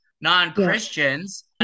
non-Christians